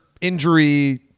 Injury